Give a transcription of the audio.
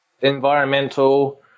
environmental